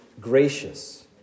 gracious